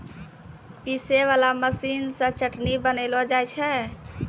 पीसै वाला मशीन से चटनी बनैलो जाय छै